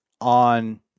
on